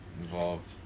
involved